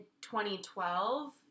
2012